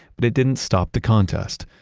but it didn't stop the contest.